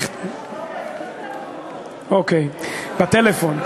אוקיי, בטלפון.